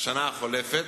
השנה החולפת,